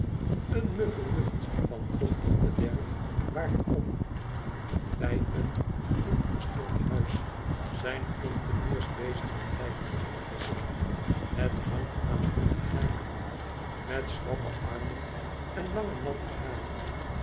een muffe lucht van vochtig bederf waart om bij een ingestort huis zijn ponteniers bezig een lijk op te visschen het hangt aan hunne haken met slappe armen en lange natte haren